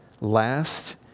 last